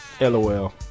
lol